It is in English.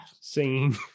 singing